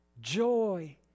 joy